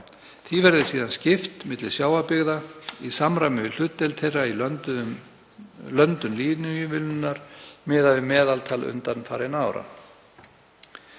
Því verði síðan skipt milli sjávarbyggða í samræmi við hlutdeild þeirra í löndun línuívilnunar miðað við meðaltal undanfarinna ára.